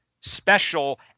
special